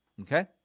Okay